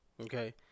Okay